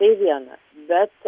tai viena bet